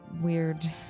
weird